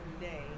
day